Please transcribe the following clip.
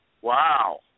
Wow